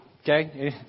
Okay